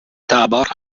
tabor